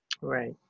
Right